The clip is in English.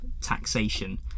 taxation